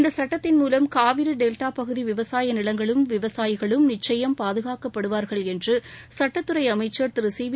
இந்த சட்டத்தின் மூலம் காவிரி டெல்டா பகுதி விவசாய நிலங்களும் விவசாயிகளும் நிச்சயம் பாதுகாக்கப்படுவா்கள் என்று சட்டத்துறை அமைச்சா் திரு சிவி